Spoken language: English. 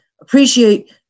appreciate